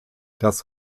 das